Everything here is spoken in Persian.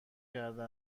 کرده